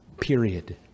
period